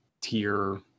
tier